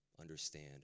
understand